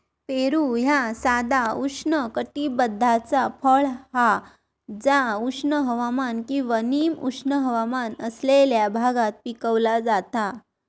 पेरू ह्या साधा उष्णकटिबद्धाचा फळ हा जा उष्ण हवामान किंवा निम उष्ण हवामान असलेल्या भागात पिकवला जाता